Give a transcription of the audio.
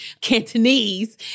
Cantonese